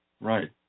Right